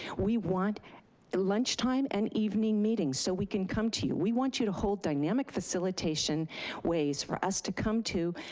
we want lunchtime and evening meetings so we can come to you. we want you to hold dynamic facilitation ways for us to come to,